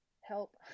help